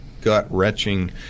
gut-wrenching